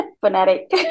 Fanatic